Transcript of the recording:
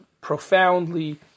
profoundly